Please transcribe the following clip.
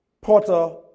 Porter